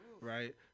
Right